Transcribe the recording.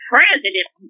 President